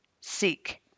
Seek